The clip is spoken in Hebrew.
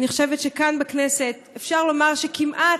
אני חושבת שכאן בכנסת אפשר לומר שכמעט,